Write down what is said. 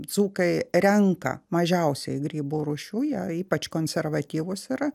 dzūkai renka mažiausiai grybų rūšių jie ypač konservatyvūs yra